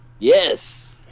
Yes